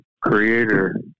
creator